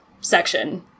section